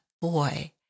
boy